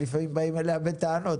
לפעמים באים אליה בטענות.